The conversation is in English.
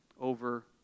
over